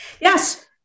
Yes